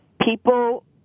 people